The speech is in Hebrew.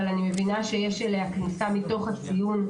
אבל אני מבינה שיש אליה כניסה מתוך הציון.